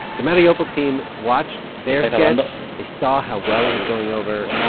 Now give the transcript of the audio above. the mariupol team watched their sketch, they saw how well it was going over,